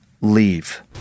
Leave